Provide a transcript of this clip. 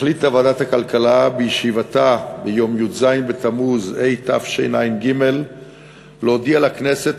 החליטה ועדת הכלכלה בישיבתה ביום י"ז בתמוז התשע"ג להודיע לכנסת